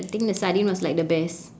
I think the sardine was like the best